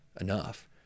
enough